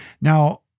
Now